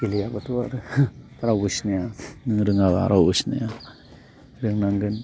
गेलेयाबाथ' आरो रावबो सिनाया नोङो रोङाबा रावबो सिनाया रोंनांगोन